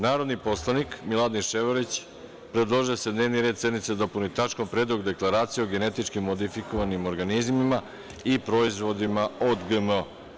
Narodni poslanik Miladin Ševarlić predložio je da se dnevni red sednice dopuni tačkom – Predlog deklaracije o genetički modifikovanim organizmima (GMO) i proizvodima od GMO.